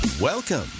Welcome